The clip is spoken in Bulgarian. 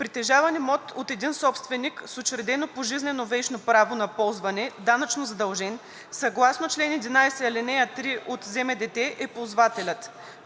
притежаван имот от един собственик с учредено пожизнено вещно право на ползване, данъчно задължен съгласно чл. 11, ал. 3 от ЗМДТ е ползвателят.